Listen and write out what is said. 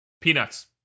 Peanuts